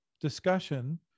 discussion